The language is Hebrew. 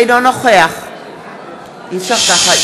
אינו נוכח אי-אפשר ככה.